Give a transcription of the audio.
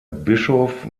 bischof